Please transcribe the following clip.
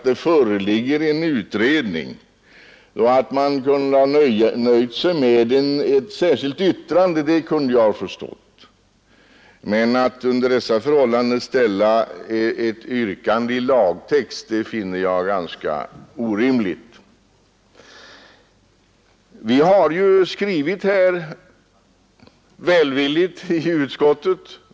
Det föreligger ju en utredning. Om man hade nöjt sig med ett särskilt yttrande kunde jag ha förstått det, men att under dessa förhållanden framställa ett yrkande om ändring i lagtext finner jag ganska orimligt. Vi har ju skrivit välvilligt i utskottet.